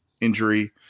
injury